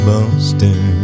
Boston